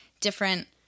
different